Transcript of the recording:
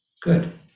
Good